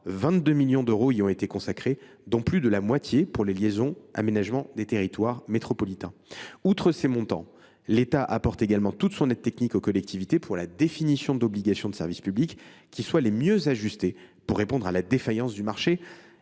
22 millions d’euros y ont été consacrés, dont plus de la moitié pour les LAT métropolitaines. Outre ces montants, l’État apporte également toute son aide technique aux collectivités pour la définition d’obligations de service public qui soient le mieux ajustées possible pour répondre à la défaillance du marché,